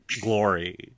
glory